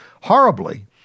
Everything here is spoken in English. horribly